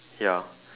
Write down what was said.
ya